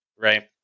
right